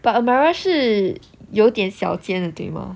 but amara 是有点小间的对吗